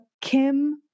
Kim